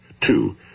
Two